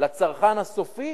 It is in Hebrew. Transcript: לצרכן הסופי,